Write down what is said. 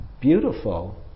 beautiful